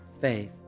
faith